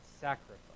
sacrifice